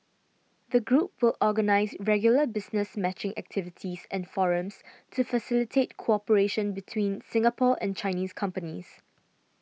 the group will organise regular business matching activities and forums to facilitate cooperation between Singapore and Chinese companies